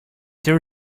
there